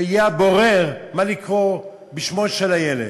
שיהיה הבורר, מה לקרוא, שמו של הילד.